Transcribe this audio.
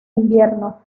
invierno